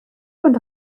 und